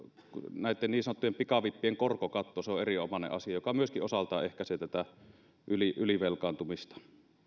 näitten niin sanottujen pikavippien korkokatto se on erinomainen asia joka myöskin osaltaan ehkäisee tätä ylivelkaantumista